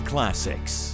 Classics